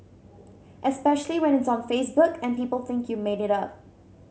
especially when it's on Facebook and people think you made it up